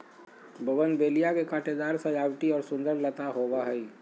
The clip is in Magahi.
बोगनवेलिया के कांटेदार सजावटी और सुंदर लता होबा हइ